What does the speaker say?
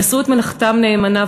יעשו את מלאכתם נאמנה,